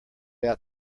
out